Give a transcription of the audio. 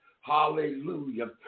Hallelujah